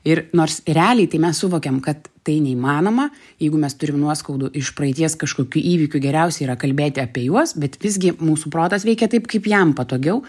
ir nors realiai tai mes suvokiam kad tai neįmanoma jeigu mes turim nuoskaudų iš praeities kažkokių įvykių geriausia yra kalbėti apie juos bet visgi mūsų protas veikia taip kaip jam patogiau